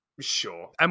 sure